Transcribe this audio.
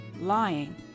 lying